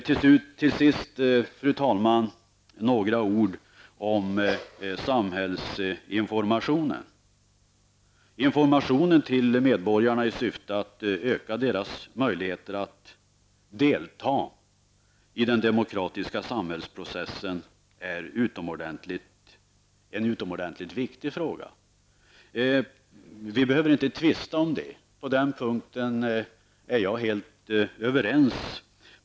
Till sist, fru talman, några ord om samhällsinformationen. Frågan om informationen till medborgarna i syfte att öka deras möjligheter att delta i den demokratiska samhällsprocessen är utomordentligt viktig. Om den saken behöver vi inte tvista. På den punkten är vi, Bo Hammar, helt överens.